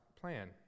plan